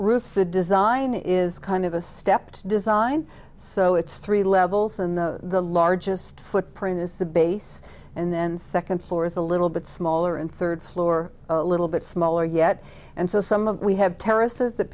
roof the design is kind of a stepped design so it's three levels and the largest footprint is the base and then second floor is a little bit smaller and third floor a little bit smaller yet and so some of we have terrorist is that